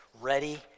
ready